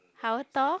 how tall